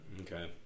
Okay